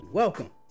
welcome